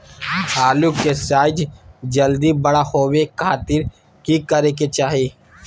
आलू के साइज जल्दी बड़ा होबे खातिर की करे के चाही?